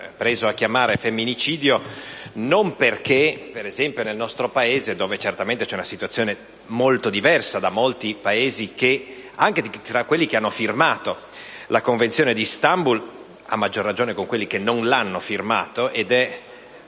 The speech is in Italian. preso a chiamare "femminicidio" non perché nel nostro Paese - dove certamente vi è una situazione molto diversa da quella di molti altri Paesi, anche di quelli che hanno firmato la Convenzione di Istanbul e, a maggior ragione, di quelli che non l'hanno fatto (ed è